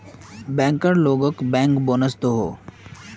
banker लोगोक bank bonus दोहों